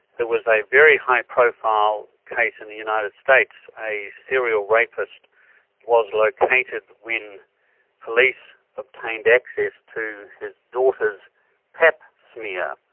there was a very high profile case in the united states a serial rapist was located when police obtained access to his daughter's pap smear,